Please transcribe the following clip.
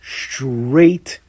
straight